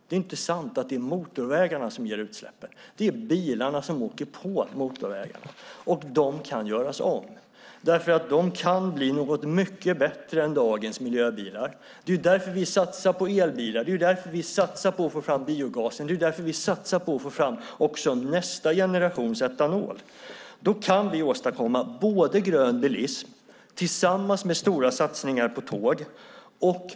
Det är inte sant att det är motorvägarna som ger utsläppen utan bilarna som åker på motorvägarna, och de kan göras om. De kan bli någonting mycket bättre än dagens miljöbilar. Vi satsar på elbilar. Det är därför vi satsar på att få fram biogaser och också nästa generations etanol. Då kan vi åstadkomma både grön bilism tillsammans med satsningar på tåg.